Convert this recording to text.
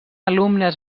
alumnes